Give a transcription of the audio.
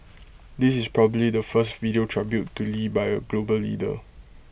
this is probably the first video tribute to lee by A global leader